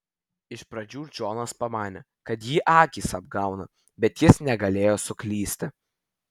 iš pradžių džonas pamanė kad jį akys apgauna bet jis negalėjo suklysti